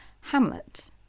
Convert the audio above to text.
Hamlet